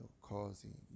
causing